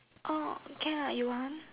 oh can ah you want